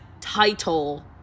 title